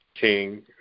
King